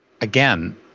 again